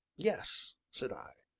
yes, said i.